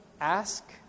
Ask